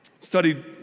studied